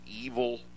evil